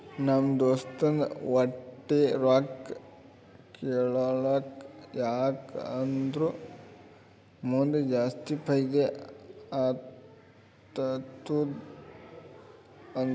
ನಮ್ ದೋಸ್ತ ವಟ್ಟೆ ರೊಕ್ಕಾ ತೇಕೊಳಲ್ಲ ಯಾಕ್ ಅಂದುರ್ ಮುಂದ್ ಜಾಸ್ತಿ ಫೈದಾ ಆತ್ತುದ ಅಂತಾನ್